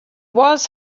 was